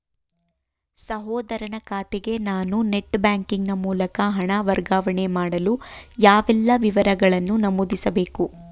ಸಹೋದರನ ಖಾತೆಗೆ ನಾನು ನೆಟ್ ಬ್ಯಾಂಕಿನ ಮೂಲಕ ಹಣ ವರ್ಗಾವಣೆ ಮಾಡಲು ಯಾವೆಲ್ಲ ವಿವರಗಳನ್ನು ನಮೂದಿಸಬೇಕು?